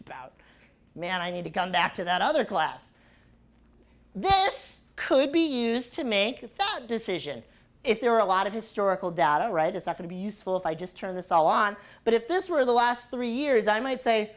about man i need to come back to that other class this could be used to make that decision if there are a lot of historical data right as i can be useful if i just turn the so on but if this were the last three years i might say